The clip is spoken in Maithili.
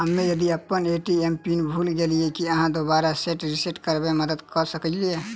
हम्मे यदि अप्पन ए.टी.एम पिन भूल गेलियै, की अहाँ दोबारा सेट रिसेट करैमे मदद करऽ सकलिये?